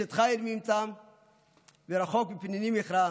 "אשת חיל מי ימצא ורחק מפנינים מכרה,